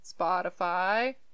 Spotify